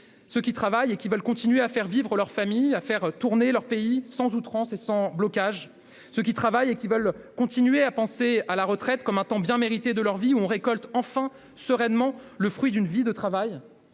ceux qui travaillent et qui veulent continuer de faire vivre leur famille et de faire tourner leur pays sans outrance et sans blocage, ceux qui travaillent et qui veulent continuer de penser à la retraite comme une période bien méritée de leur vie, au cours de laquelle on récolte enfin, sereinement, le fruit d'une vie de labeur.